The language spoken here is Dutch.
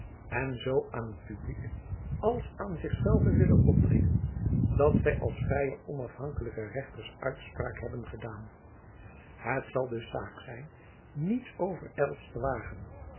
en zoo aan t publiek als aan zich zelve willen opdringen dat zy als vrije en onafhankelijke rechters uitspraak hebben gedaan het zal dus zaak zijn niets overijlds te wagen